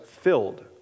filled